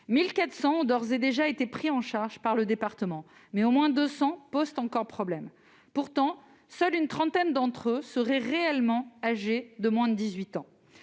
eux ont d'ores et déjà été pris en charge par le département, mais au moins 200 posent encore problème. Pourtant, une trentaine seulement seraient réellement âgés de moins de 18 ans.